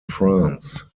france